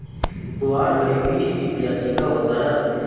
ग्वारफली बींस की प्रजाति का होता है